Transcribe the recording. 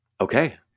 okay